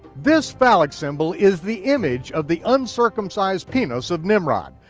this phallic symbol is the image of the uncircumcised penis of nimrod,